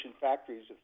factories